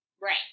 Right